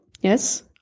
Yes